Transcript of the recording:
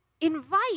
invite